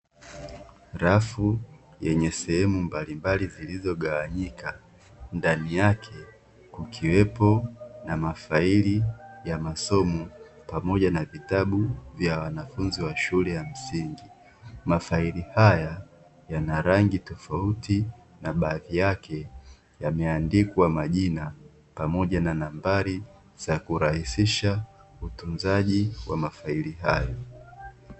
Rafu yenye sehemu mbalimbali zilizogawanyika, ndani yake kukiwepo na mafaili ya masomo pamoja na vitabu vya shule ya msingi. Mafaili hayo yana rangi tofauti, yameandikwa majina na nambari za kurahisisha utunzaji wa mafaili hayo.